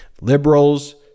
liberals